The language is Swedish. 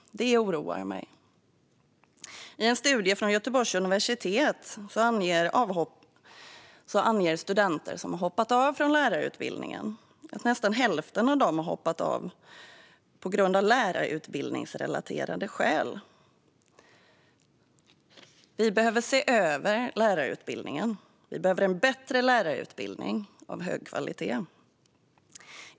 De oroar mig. I en studie från Göteborgs universitet anger nästan häften av de studenter som hoppat av lärarutbildningen att de har gjort det av lärarutbildningsrelaterade skäl. Vi behöver se över lärarutbildningen. Vi behöver en bättre lärarutbildning av hög kvalitet.